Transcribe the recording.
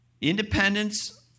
independence